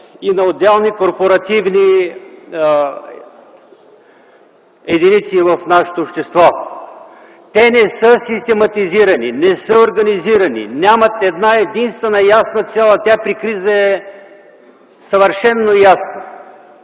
и на отделни корпоративни единици в нашето общество. Те не са систематизирани, не са организирани, нямат една-единствена ясна цел, а тя при криза е съвършено ясна